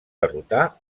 derrotar